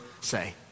say